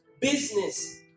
business